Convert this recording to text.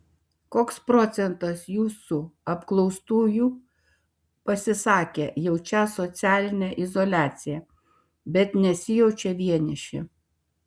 koks procentas jūsų apklaustųjų pasisakė jaučią socialinę izoliaciją bet nesijaučią vieniši